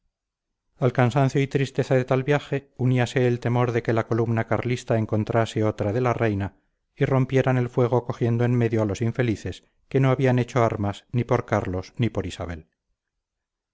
cansancio y tristeza de tal viaje uníase el temor de que la columna carlista encontrase otra de la reina y rompieran el fuego cogiendo en medio a los infelices que no habían hecho armas ni por carlos ni por isabel